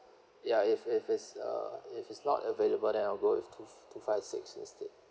ya if if it's uh if it's not available then I'll go with two two five six instead